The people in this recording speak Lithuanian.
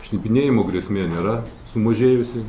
šnipinėjimo grėsmė nėra sumažėjusi